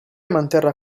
manterrà